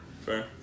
Fair